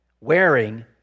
wearing